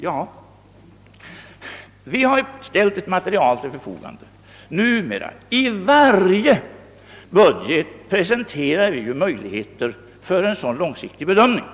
Ja, vi ställer ju numera ett sådant material till förfogande. I varje budget presenterar vi möjligheter till en långsiktig bedömning.